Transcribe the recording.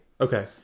Okay